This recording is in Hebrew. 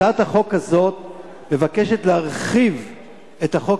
הצעת החוק הזאת מבקשת להרחיב את החוק